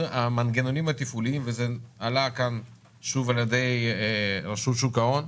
המנגנונים התפעוליים וזה עלה כאן שוב על ידי רשות שוק ההון,